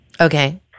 Okay